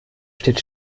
steht